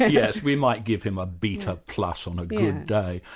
yes, we might give him a beta plus on a good day,